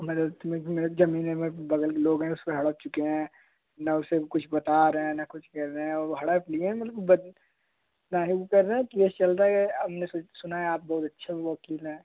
मतलब इसमें ज़मीन है बगल के लोग है उस पर हड़प चुके हैं न उसे कुछ बता रहे हैं न कुछ कर रहे हैं और हड़प लिए हैं मतलब बस नहीं उ कर रहे हैं केस चल रहा है हमने सु सुना है आप बहुत अच्छे वकील हैं